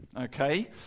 okay